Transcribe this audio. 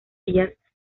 ellas